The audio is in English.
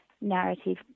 narrative